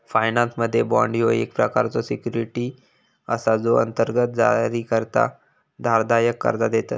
फायनान्समध्ये, बाँड ह्यो एक प्रकारचो सिक्युरिटी असा जो अंतर्गत जारीकर्ता धारकाक कर्जा देतत